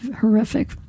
horrific